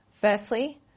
Firstly